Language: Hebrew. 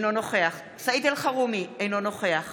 אינו נוכח סעיד אלחרומי, אינו נוכח